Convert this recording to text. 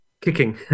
kicking